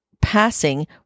passing